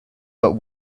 but